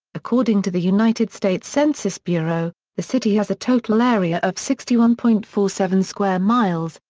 according to the united states census bureau, the city has a total area of sixty one point four seven square miles,